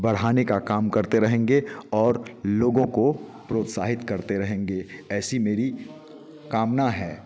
बढ़ाने का काम करते रहेंगे और लोगों को प्रोत्साहित करते रहेंगे ऐसी मेरी कामना है